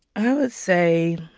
i would say